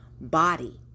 body